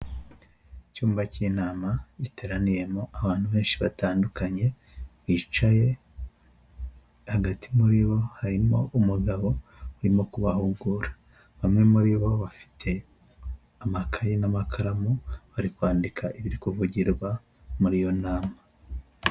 Icyumba cy'inama giteraniyemo abantu benshi batandukanye bicaye, hagati muri bo harimo umugabo urimo kubahugura, bamwe muri bo bafite amakaye n'amakaramu bari kwandika ibiri kuvugirwa muri iyo nama.